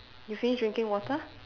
you finish drinking water